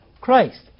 Christ